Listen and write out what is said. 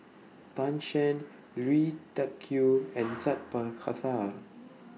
Tan Shen Lui Tuck Yew and Sat Pal Khattar